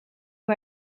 hoe